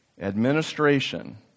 Administration